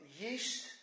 yeast